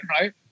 right